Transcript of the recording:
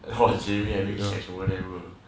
!wow! jamie having sex over there bro